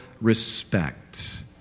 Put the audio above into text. respect